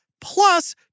plus